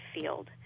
field